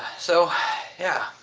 so yeah,